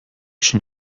schon